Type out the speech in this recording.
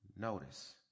notice